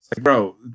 Bro